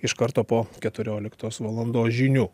iš karto po keturioliktos valandos žinių